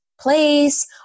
place